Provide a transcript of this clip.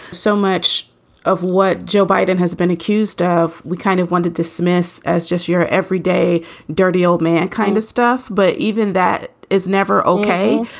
so much of what joe biden has been accused of, we kind of wanted dismiss as just your everyday dirty old man kind of stuff. but even that is never ok.